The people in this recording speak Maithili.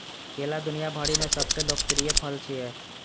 केला दुनिया भरि मे सबसं लोकप्रिय फल छियै